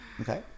Okay